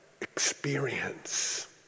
experience